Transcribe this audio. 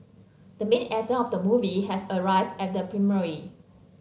the main actor of the movie has arrived at the premiere